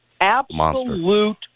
absolute